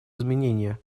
изменения